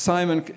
Simon